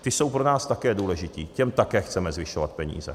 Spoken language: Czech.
Ti jsou pro nás také důležití, těm také chceme zvyšovat peníze.